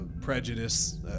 Prejudice